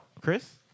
Chris